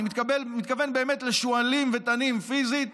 אני מתכוון באמת לשועלים ולתנים פיזית,